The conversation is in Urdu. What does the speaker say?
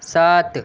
سات